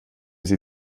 sie